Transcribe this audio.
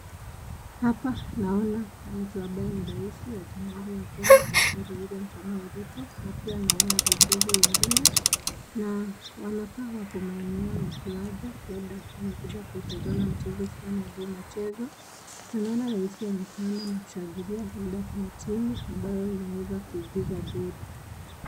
Hapa naona mtu ambaye ni raisi wa jamhuri ya Kenya, daktari Wiliam Samoei Ruto na pia naona viongozi wengine na wanakaa wako maeneo ya kiwanja labda wamekuja kuitazama mchezo fulani ambao unachezwa na ninaona rais amesimama na kushangilia labda kuna timu ambayo imeweza kuingiza goli.